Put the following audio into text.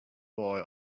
boy